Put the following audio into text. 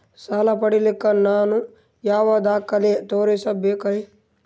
ಸಾಲ ಪಡಿಲಿಕ್ಕ ನಾನು ಯಾವ ದಾಖಲೆ ತೋರಿಸಬೇಕರಿ?